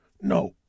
no